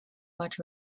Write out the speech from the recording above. much